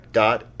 dot